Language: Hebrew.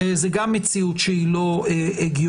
זה גם מציאות שהיא לא הגיונית.